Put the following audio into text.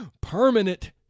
permanent